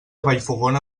vallfogona